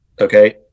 Okay